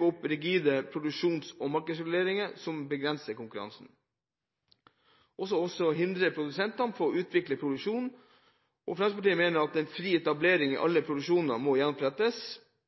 opp rigide produksjons- og markedsreguleringer som begrenser konkurransen og hindrer produsenter fra å utvikle produksjonen. Fremskrittspartiet mener fri etablering i alle produksjoner må gjenopprettes